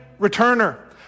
returner